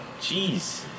Jeez